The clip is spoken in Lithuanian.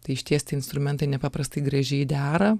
tai išties tie instrumentai nepaprastai gražiai dera